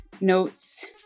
notes